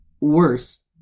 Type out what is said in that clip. worse